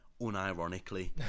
unironically